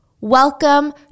Welcome